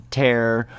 terror